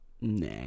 Nah